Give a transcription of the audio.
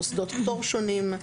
מוסדות פטור שונים,